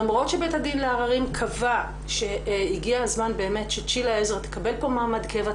למרות שבית הדין לעררים קבע שהגיע הזמן שצ'ילה עזרא תקבל פה מעמד קבע,